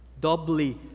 doubly